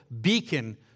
beacon